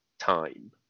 time